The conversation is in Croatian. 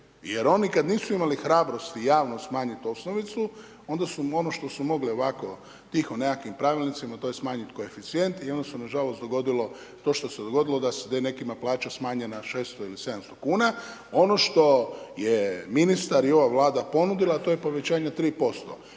Jer oni kada nisu imali hrabrosti javno smanjiti osnovicu, onda su ono što su mogli, ovako tiho nekakvim pravilnicima, tj. smanjiti koeficijente, onda s nažalost dogodilo to što se dogodilo, da je nekima plaća smanjena 600 ili 700 kn. Ono što je ministar i ova vlada ponudila a to je povećanje od